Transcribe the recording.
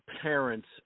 parents